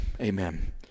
Amen